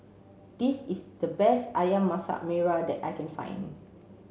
this is the best Ayam Masak Merah that I can find